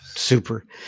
Super